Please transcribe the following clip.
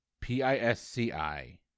P-I-S-C-I